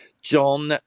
John